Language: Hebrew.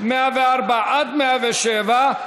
104 107,